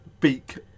beak